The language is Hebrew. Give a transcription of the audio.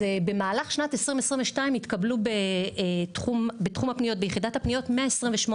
במהלך שנת 2022 התקבלו ביחידת הפניות כ-128